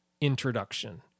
introduction